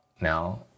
now